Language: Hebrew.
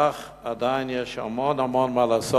אך יש עדיין המון המון מה לעשות,